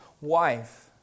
wife